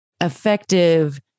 effective